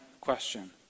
question